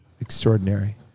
extraordinary